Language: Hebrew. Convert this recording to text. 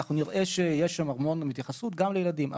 נראה שיש שם התייחסות גם לילדים.